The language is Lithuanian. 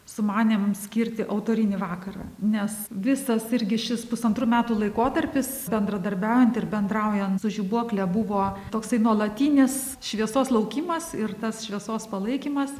sumanėm skirti autorinį vakarą nes visas irgi šis pusantrų metų laikotarpis bendradarbiaujant ir bendraujant su žibuokle buvo toksai nuolatinis šviesos laukimas ir tas šviesos palaikymas